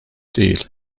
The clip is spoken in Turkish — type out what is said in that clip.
değil